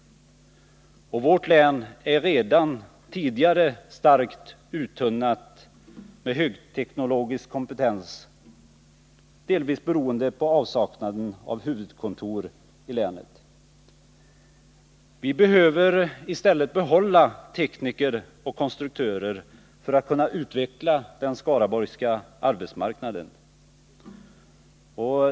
Den högteknologiska kompetensen är redan tidigare starkt uttunnad i vårt län, delvis beroende på avsaknaden av ett huvudkontor i länet. Vi behöver behålla tekniker och konstruktörer för att kunna utveckla den skaraborgska arbetsmarknaden.